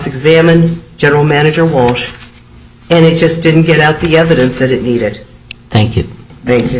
examine general manager walsh and it just didn't get out the evidence that it needed thank you thank you